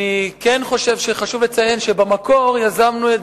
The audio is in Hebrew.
אני חושב שחשוב לציין שבמקור יזמנו את